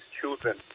children